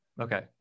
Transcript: Okay